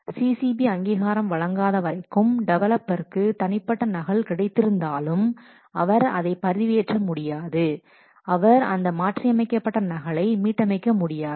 CCB அங்கீகாரம் வழங்காத வரைக்கும் டெவலப்பர்க்கு தனிப்பட்ட நகல் கிடைத்திருந்தாலும் அவர் அதைப் பதிவேற்ற முடியாது அவர் இந்த மாற்றியமைக்கப்பட்ட நகலை மீட்டமைக்க முடியாது